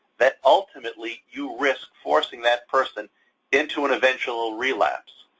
that ultimately you risk forcing that person into and eventual relapse.